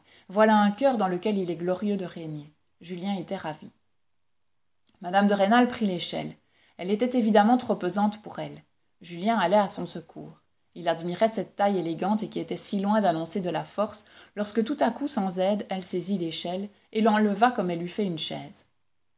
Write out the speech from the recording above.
voilà un coeur dans lequel il est glorieux de régner julien était ravi mme de rênal prit l'échelle elle était évidemment trop pesante pour elle julien allait à son secours il admirait cette taille élégante et qui était si loin d'annoncer de la force lorsque tout à coup sans aide elle saisit l'échelle et l'enleva comme elle eût fait une chaise